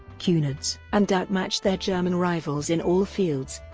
cunard's and outmatched their german rivals in all fields,